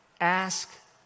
ask